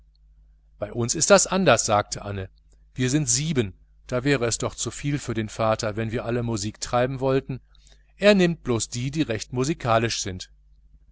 bei uns ist das anders sagte anne wir sind sieben da wäre es doch zuviel für den vater wenn wir alle musik treiben wollten er nimmt bloß die die recht musikalisch sind